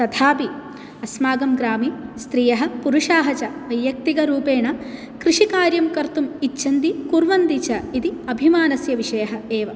तथापि अस्माकं ग्रामे स्त्रियः पुरुषाः च वैयक्तिकरूपेण कृषिकार्यं कर्तुम् इच्छन्ति कुर्वन्ति च इति अभिमानस्य विषयः एव